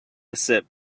sip